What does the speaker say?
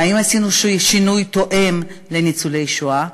האם עשינו שינוי תואם לניצולי שואה?